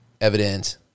Evidence